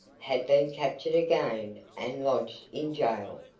had been captured again and lodged in jail,